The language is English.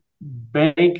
bank